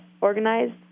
organized